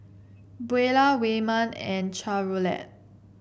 Buelah Wayman and Charolette